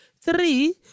Three